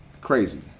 crazy